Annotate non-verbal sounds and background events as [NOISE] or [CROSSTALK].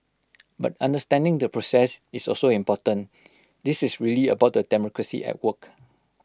[NOISE] but understanding the process is also important this is really about the democracy at work